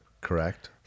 Correct